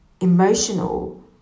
emotional